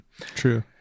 True